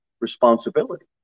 responsibility